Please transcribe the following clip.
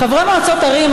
חברי מועצות ערים,